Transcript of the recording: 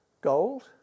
gold